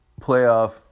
playoff